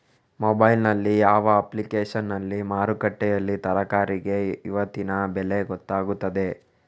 Mobile ನಲ್ಲಿ ಯಾವ ಅಪ್ಲಿಕೇಶನ್ನಲ್ಲಿ ಮಾರುಕಟ್ಟೆಯಲ್ಲಿ ತರಕಾರಿಗೆ ಇವತ್ತಿನ ಬೆಲೆ ಗೊತ್ತಾಗುತ್ತದೆ?